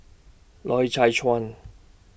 Loy Chye Chuan